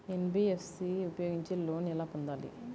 NBFC ఉపయోగించి loan ఎలా పొందాలి?